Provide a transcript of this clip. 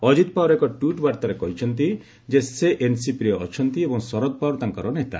ଅଜିତ ପୱାର ଏକ ଟ୍ୱିଟ୍ ବାର୍ତ୍ତାରେ କହିଛନ୍ତି ଯେ ସେ ଏନ୍ସିପିରେ ଅଛନ୍ତି ଏବଂ ଶରଦ ପୱାର ତାଙ୍କର ନେତା